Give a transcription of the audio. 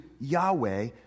Yahweh